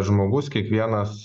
žmogus kiekvienas